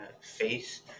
face